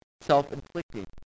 self-inflicted